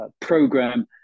program